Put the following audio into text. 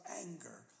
anger